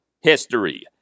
history